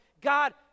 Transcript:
God